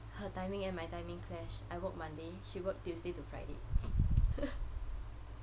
her timing and my timing clash I work monday she work tuesday to friday